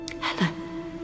Hello